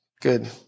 Good